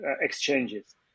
exchanges